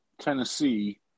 Tennessee